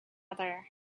other